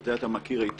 את זה אתה מכיר היטב,